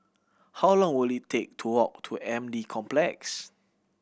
how long will it take to walk to M D Complex